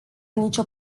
nicio